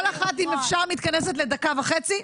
כל אחת אם אפשר מתכנסת לדקה וחצי,